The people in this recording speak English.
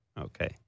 okay